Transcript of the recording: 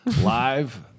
Live